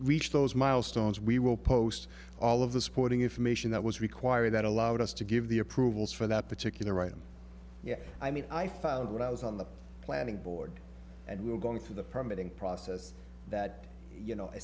reach those milestones we will post all of the supporting information that was required that allowed us to give the approvals for that particular item yes i mean i found that i was on the planning board and we were going through the permit process that you know a